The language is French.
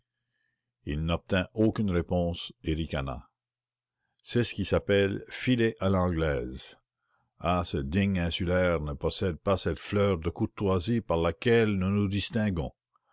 il n'obtint aucune réponse et ricana c'est ce qui s'appelle filer à l'anglaise ah ce digne insulaire ne possède pas cette fleur de courtoisie par laquelle nous nous distinguons